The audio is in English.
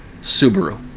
Subaru